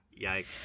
Yikes